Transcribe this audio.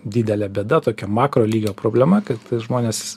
didelė bėda tokia makrolygio problema kad žmonės